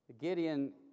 Gideon